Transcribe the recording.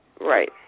Right